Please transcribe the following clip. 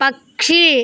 పక్షి